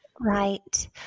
Right